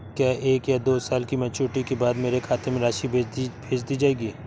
क्या एक या दो साल की मैच्योरिटी के बाद मेरे खाते में राशि भेज दी जाएगी?